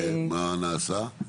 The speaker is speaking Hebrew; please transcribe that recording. ומה נעשה?